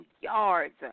yards